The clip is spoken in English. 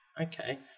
okay